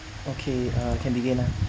okay uh can begin ah